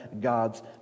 God's